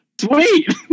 Sweet